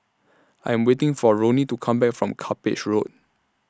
I Am waiting For Roni to Come Back from Cuppage Road